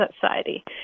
society